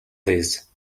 this